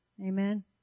Amen